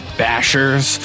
bashers